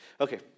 okay